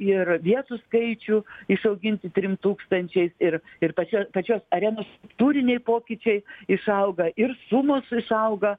ir vietų skaičių išauginti trim tūkstančiais ir ir pačios pačios arenos tūriniai pokyčiai išauga ir sumos išauga